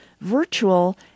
virtual